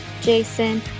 Jason